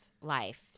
life